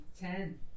Ten